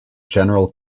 general